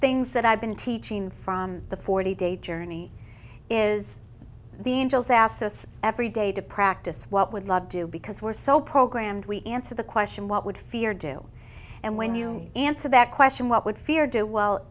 things that i've been teaching from the forty day journey is the angels asked us every day to practice what would love do because we're so programmed we answer the question what would fear do and when you answer that question what would fear do well